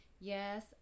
yes